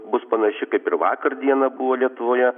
bus panaši kaip ir vakar dieną buvo lietuvoje